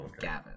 Gavin